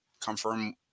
confirm